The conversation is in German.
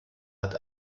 hat